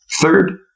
Third